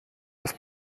das